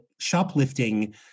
shoplifting